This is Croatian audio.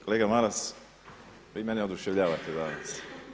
Kolega Maras, vi mene oduševljavate danas.